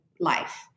Life